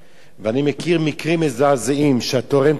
אני מכיר מקרים מזעזעים שהתורם תרם,